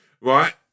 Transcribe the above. Right